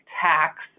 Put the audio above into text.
tax